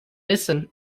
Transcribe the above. listen